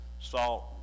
salt